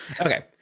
Okay